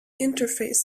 interface